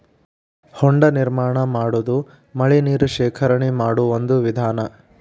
ಹೊಂಡಾ ನಿರ್ಮಾಣಾ ಮಾಡುದು ಮಳಿ ನೇರ ಶೇಖರಣೆ ಮಾಡು ಒಂದ ವಿಧಾನಾ